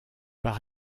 par